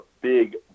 big